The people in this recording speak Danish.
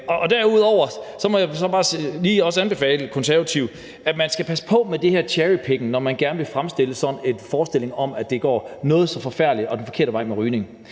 Derudover må jeg bare lige anbefale Konservative at passe på med det her cherrypicking, når man gerne vil lave sådan en fremstilling af, at det går noget så forfærdeligt og den forkerte vej med rygning.